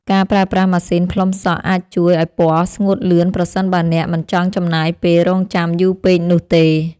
ការប្រើប្រាស់ម៉ាស៊ីនផ្លុំសក់អាចជួយឱ្យពណ៌ស្ងួតលឿនប្រសិនបើអ្នកមិនចង់ចំណាយពេលរង់ចាំយូរពេកនោះទេ។